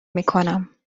میکنم